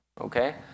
Okay